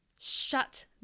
shut